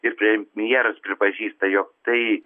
ir premjeras pripažįsta jog tai